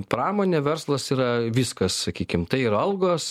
pramonė verslas yra viskas sakykim tai ir algos